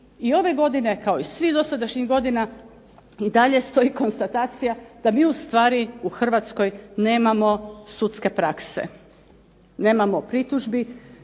I ove godine kao i svih dosadašnjih godina i dalje stoji konstatacija da mi ustvari u Hrvatskoj nemamo sudske prakse. Nemamo pritužbi,